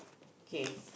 kay